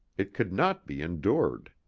it could not be en-dured.